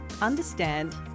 understand